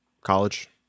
College